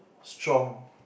strong